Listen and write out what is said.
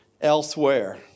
elsewhere